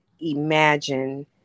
imagine